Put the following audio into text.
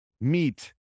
meet